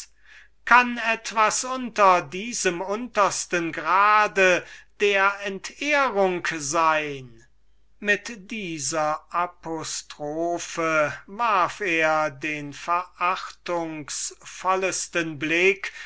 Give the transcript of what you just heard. kann etwas unter diesem untersten grade der entehrung sein mit dieser apostrophe warf er den verachtungsvollesten blick